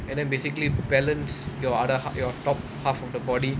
and then basically balance your other half your top half of the body